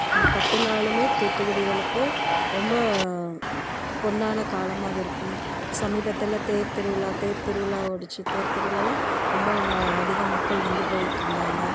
அந்த பத்துநாளுமே தூத்துகுடிகளுக்கு ரொம்ப பொன்னான காலமாக அது இருக்கும் சமீபத்தில் தேர் திருவிழா தேர் திருவிழா தேர் திருவிழாலாம் ரொம்ப அதிக மக்கள் வந்து போயிக்கிட்டு இருந்தாங்க